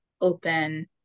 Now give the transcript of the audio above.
open